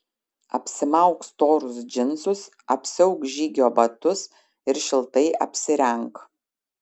apsimauk storus džinsus apsiauk žygio batus ir šiltai apsirenk